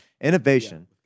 innovation